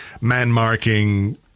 man-marking